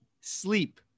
Sleep